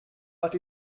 but